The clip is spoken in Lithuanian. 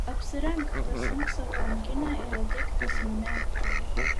apsirenk pasiimk savo rankinę ir ateik pas mane į holą